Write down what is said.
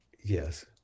yes